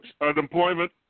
unemployment